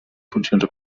funcions